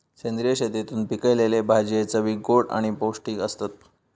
सेंद्रिय शेतीतून पिकयलले भाजये चवीक गोड आणि पौष्टिक आसतत